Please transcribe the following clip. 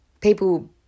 people